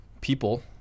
People